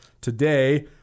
today